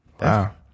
Wow